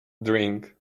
drink